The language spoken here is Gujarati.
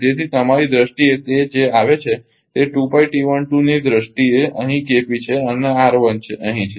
તેથી તમારી દ્રષ્ટિએ તે જે આવે છે તે ની દ્રષ્ટિએ અહીં છે અને અહીં છે